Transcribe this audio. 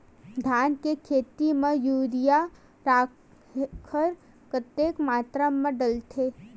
धान के खेती म यूरिया राखर कतेक मात्रा म डलथे?